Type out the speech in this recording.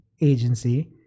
agency